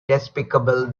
despicable